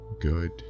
Good